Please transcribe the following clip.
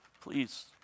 please